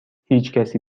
هیچکسی